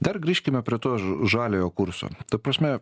dar grįžkime prie to ž žaliojo kurso ta prasme